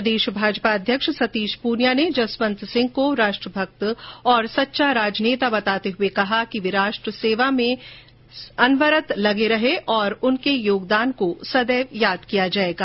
प्रदेश भाजपा अध्यक्ष सतीश पूनिया ने जसवंत सिंह को राष्ट्र भक्त सैनिक और सच्चा राजनेता बताते हुए कहा कि राष्ट्र सेवा में उनके योगदान को सदैव याद किया जाएगा